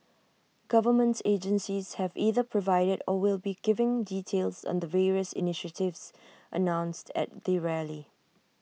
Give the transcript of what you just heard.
government agencies have either provided or will be giving details on the various initiatives announced at the rally